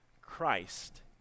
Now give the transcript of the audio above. Christ